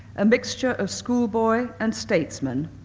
a mixture of schoolboy and statesman,